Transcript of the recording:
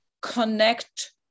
connect